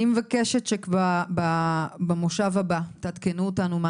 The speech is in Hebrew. אני מבקשת שבמושב הבא תעדכנו אותנו מה